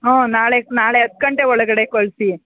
ಹಾಂ ನಾಳೆ ನಾಳೆ ಹತ್ತು ಗಂಟೆ ಒಳಗಡೆ ಕಳಿಸಿ